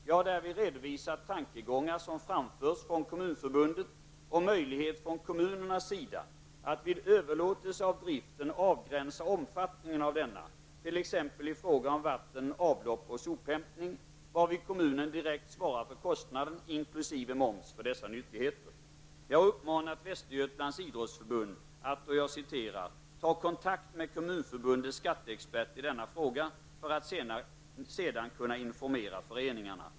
Jag har därvid redovisat tankegångar som framförts från Kommunförbundet om möjlighet från kommuners sida att vid överlåtelse av driften avgränsa omfattningen av denna, t.ex. i fråga om vatten, avlopp och sophämtning, varvid kommunen direkt svarar för kostnaden inkl. moms för dessa nyttigheter. Jag har uppmanat Västergötlands idrottsförbund att ''ta kontakt med Kommunförbundets skatteexpert i denna fråga för att sedan kunna informera föreningarna''.